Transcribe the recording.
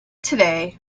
today